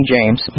James